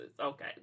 okay